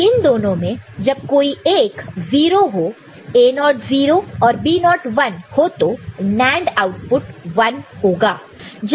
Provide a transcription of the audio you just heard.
तो इन दोनों में जब कोई एक 0 हो A0 0 और B0 1 हो तो NAND आउटपुट 1 होगा